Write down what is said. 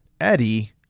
Eddie